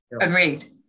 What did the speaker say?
Agreed